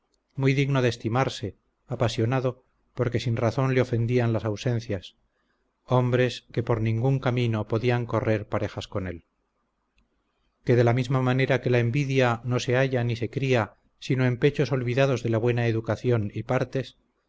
muy digno de estimarse apasionado porque sin razón le ofendían las ausencias hombres que por ningún camino podían correr parejas con él que de la misma manera que la envidia no se halla ni se cría sino en pechos olvidados de la buena educación y partes